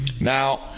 Now